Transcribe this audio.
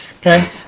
Okay